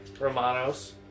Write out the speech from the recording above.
Romanos